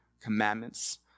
Commandments